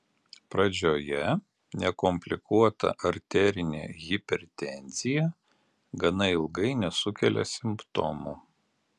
pradžioje nekomplikuota arterinė hipertenzija gana ilgai nesukelia simptomų